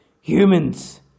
Humans